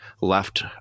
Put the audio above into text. left